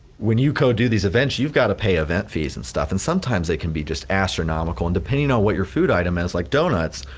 when you go do these events you've gotta pay event fees and stuff and sometimes they can be just astronomical and depending on what your food item is, like donuts,